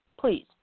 please